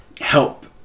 help